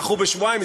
דחו בשבועיים,